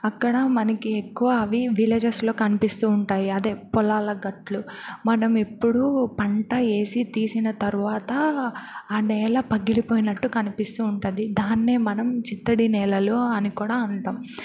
అక్కడ మనకి ఎక్కువ అవి విలేజెస్లో కనిపిస్తూ ఉంటాయి అదే పొలాల గట్లు మనం ఎప్పుడూ పంట వేసి తీసిన తర్వాత ఆ నేల పగిలిపోయినట్టు కనిపిస్తూ ఉంటుంది దాన్నే మనం చిత్తడి నేలలు అని కూడా అంటాం